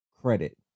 credit